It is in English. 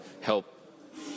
help